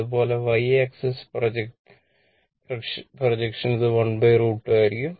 അതുപോലെ y axis പ്രൊജക്ഷന് ഇത് 1√2 ആയിരിക്കും